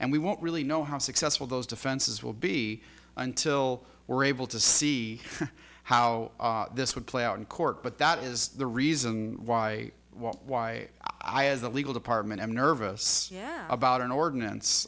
and we won't really know how successful those defenses will be until we're able to see how this would play out in court but that is the reason why why i as a legal department am nervous yeah about an ordinance